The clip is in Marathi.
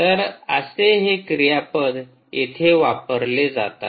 तर असे हे क्रियापदे इथे वापरले जातात